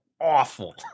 awful